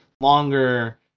Longer